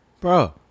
bro